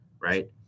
Right